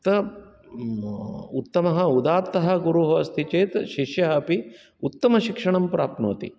त उत्तमः उदात्तः गुरुः अस्ति चेत् शिष्यः अपि उत्तमशिक्षणं प्राप्नोति